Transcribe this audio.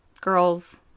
girls